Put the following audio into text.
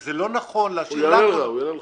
וזה לא נכון להשאיר --- הוא יענה לך.